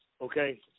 okay